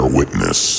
witness